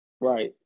Right